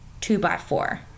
two-by-four